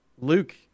Luke